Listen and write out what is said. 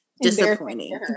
disappointing